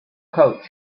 coat